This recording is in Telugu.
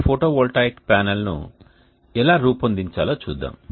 ఈ ఫోటోవోల్టాయిక్ ప్యానెల్ను ఎలా రూపొందించాలో చూద్దాం